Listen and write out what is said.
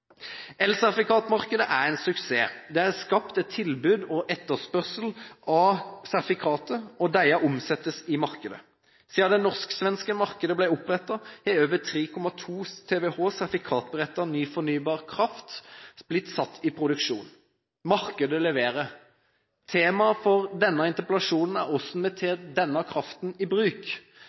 er en suksess. Det er skapt et tilbud og en etterspørsel av sertifikater og disse omsettes i markedet. Siden det norsk-svenske markedet ble opprettet, har over 3,2 TWh sertifikatberettiget ny fornybar kraft blitt satt i produksjon – markedet leverer. Temaet for denne interpellasjonen er hvordan vi tar denne kraften i bruk.